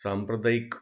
सांप्रदायिक